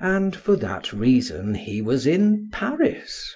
and for that reason he was in paris!